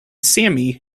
sami